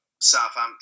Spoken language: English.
Southampton